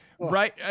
right